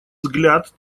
взгляд